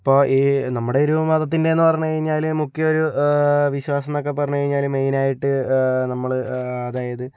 ഇപ്പോൾ ഈ നമ്മുടെ ഒരു മതത്തിൻ്റെ എന്ന് പറഞ്ഞുകഴിഞ്ഞാല് മുഖ്യ ഒരു വിശ്വാസം എന്നൊക്കെ പറഞ്ഞു കഴിഞ്ഞാല് മെയിനായിട്ട് നമ്മള് അതായത്